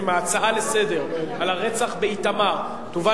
שההצעה לסדר-היום על הרצח באיתמר תובא